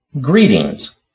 greetings